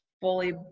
fully